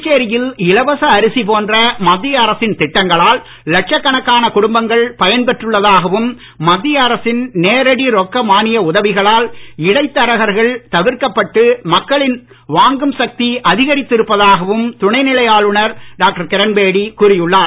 புதுச்சேரியில் இலவச அரிசி போன்ற மத்திய அரசின் திட்டங்களால் லட்சக்கணக்கான குடும்பங்கள் பயன் பெற்றுள்ளதாகவும் மத்திய அரசின் நேரடி ரொக்க மானிய உதவிகளால் இடைத் தரகர்கள் தவிர்க்கப்பட்டு மக்களின் வாங்கும் சக்தி அதிகரித்து இருப்பதாகவும் துணைநிலை ஆளுநர் டாக்டர் கிரண்பேடி கூறியுள்ளார்